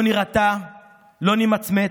לא נירתע ולא נמצמץ.